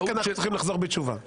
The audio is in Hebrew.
רק אנחנו צריכים לחזור בתשובה.